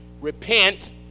Repent